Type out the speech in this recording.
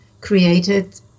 created